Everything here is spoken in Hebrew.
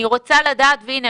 אני רוצה לדעת והנה,